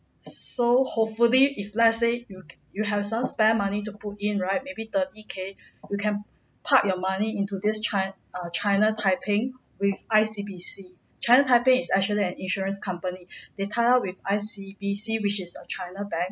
so hopefully if let's say you have some spare money to put in right maybe thirty K you can park your money into this chin~ china taiping with I_C_B_C china taiping is actually an insurance company they tie up with I_C_B_C which is a china bank